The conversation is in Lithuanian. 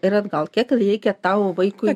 ir atgal kiek reikia tavo vaikui